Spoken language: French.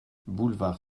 boulevard